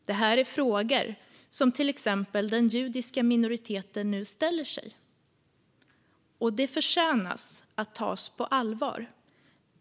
Detta är frågor som till exempel den judiska minoriteten nu ställer sig, och de förtjänar att tas på allvar.